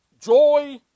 joy